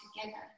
together